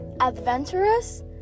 adventurous